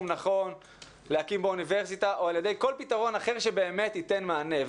נכון להקמת אוניברסיטה או על ידי כל פתרון אחר שבאמת ייתן מענה.